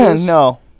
No